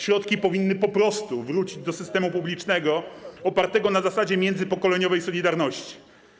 Środki powinny po prostu wrócić do systemu publicznego opartego na zasadzie międzypokoleniowej solidarności.